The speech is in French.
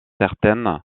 certaine